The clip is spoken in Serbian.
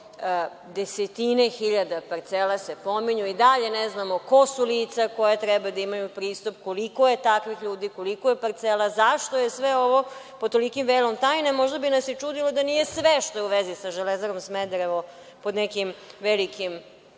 Desetine hiljada parcela se pominju, a i dalje ne znamo ko su lica koja treba da imaju pristup, koliko je takvih ljudi, koliko je parcela, zašto je sve ovo pod tolikim velom tajne? Možda bi nas i čudilo da nije sve što je u vezi sa „Železarom Smederevom“ pod nekim velikim